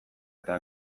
eta